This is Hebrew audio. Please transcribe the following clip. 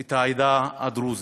את העדה הדרוזית.